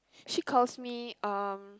she calls me um